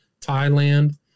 Thailand